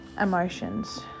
emotions